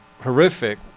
horrific